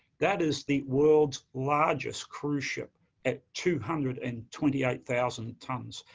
that is the world's largest cruise ship at two hundred and twenty eight thousand tons,